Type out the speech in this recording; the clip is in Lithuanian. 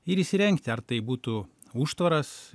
ir įsirengti ar tai būtų užtvaras